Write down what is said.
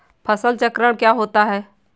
फसल चक्रण क्या होता है?